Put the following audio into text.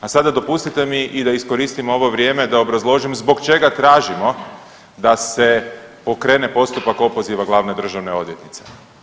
A sada dopustite mi i da iskoristim ovo vrijeme da obrazložim zbog čega tražimo da se pokrene postupak opoziva glavne državne odvjetnice.